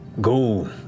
go